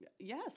yes